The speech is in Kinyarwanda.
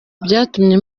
byatumye